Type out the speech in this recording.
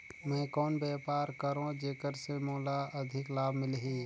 मैं कौन व्यापार करो जेकर से मोला अधिक लाभ मिलही?